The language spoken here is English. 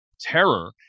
terror